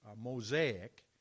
mosaic